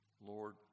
Lord